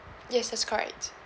yes that's correct